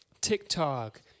TikTok